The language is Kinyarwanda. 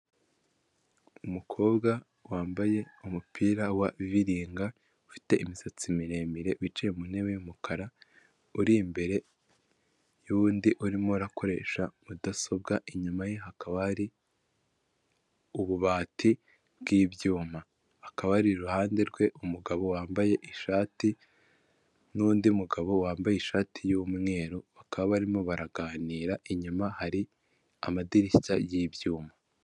Umukobwa wambaye umupira wa viringa ufite imisatsi miremire wicaye mu ntebe y'umukara, uri imbere y'undi urimo akoresha mudasobwa, inyuma ye hakaba hari ububati bw'ibyuma, hakaba hari iruhande rwe umugabo wambaye ishati n'undi mugabo wambaye ishati y'umweru bakaba barimo baraganira inyuma hari amadirishya y'ibyuma.